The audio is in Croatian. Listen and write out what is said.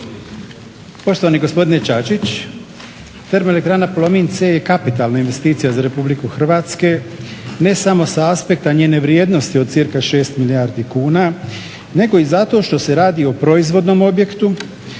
Poštovani gospodin Čačić, Termoelektrana Plomin C je kapitalna investicija za RH ne samo sa aspekta njene vrijednosti od cca 6 milijardi kuna nego i zato što se radi o proizvodnom objektu,